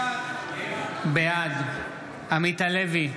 בעד עמית הלוי,